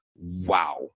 wow